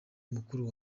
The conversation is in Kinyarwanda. mukuru